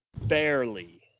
barely